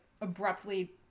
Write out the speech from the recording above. abruptly